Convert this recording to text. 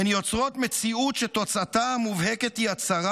הן יוצרות מציאות שתוצאתה המובהקת היא הצרת